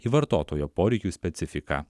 į vartotojo poreikių specifiką